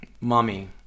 mommy